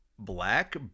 black